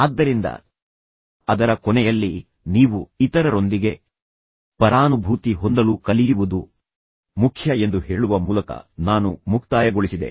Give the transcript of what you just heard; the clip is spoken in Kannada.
ಆದ್ದರಿಂದ ಅದರ ಕೊನೆಯಲ್ಲಿ ನೀವು ಇತರರೊಂದಿಗೆ ಪರಾನುಭೂತಿ ಹೊಂದಲು ಕಲಿಯುವುದು ಮುಖ್ಯ ಎಂದು ಹೇಳುವ ಮೂಲಕ ನಾನು ಮುಕ್ತಾಯಗೊಳಿಸಿದೆ